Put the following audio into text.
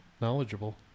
knowledgeable